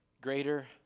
greater